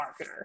marketer